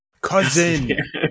Cousin